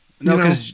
No